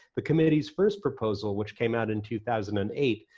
the committee's first proposal, which came out in two thousand and eight,